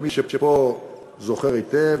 למי שפה זוכר היטב,